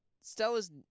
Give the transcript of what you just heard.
Stella's